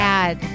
add